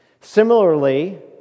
Similarly